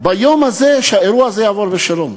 ביום הזה, שהאירוע הזה יעבור בשלום.